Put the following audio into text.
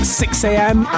6am